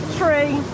tree